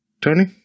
Tony